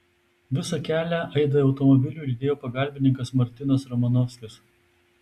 visą kelią aidą automobiliu lydėjo pagalbininkas martinas romanovskis